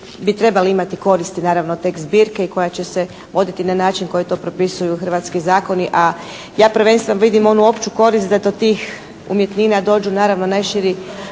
bi trebali imati koristi naravno od te zbirke i koja će se voditi na način koji to propisuju hrvatski zakoni. A ja prvenstveno vidim onu opću korist da do tih umjetnina dođu naravno najširi